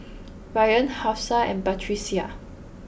Ryan Hafsa and Batrisya